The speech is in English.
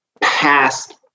past